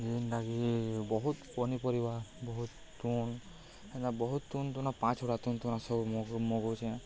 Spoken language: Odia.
ଏ ଯେନ୍ଟାକି ବହୁତ୍ ପନିପରିବା ବହୁତ୍ ତୁନ୍ ହେ ବହୁତ ତୁନ୍ ତୁନା ତୁନ୍ ତୁନା ସବୁ ମଗଉଛେଁ